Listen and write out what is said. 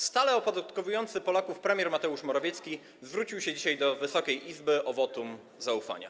Stale opodatkowujący Polaków premier Mateusz Morawiecki zwrócił się dzisiaj do Wysokiej Izby o wotum zaufania.